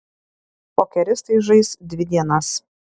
pokeristai žais dvi dienas